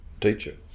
teacher